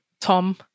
Tom